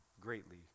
greatly